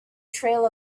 trail